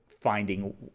finding